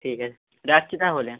ঠিক আছে রাখছি তাহলে